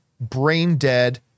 brain-dead